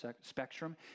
spectrum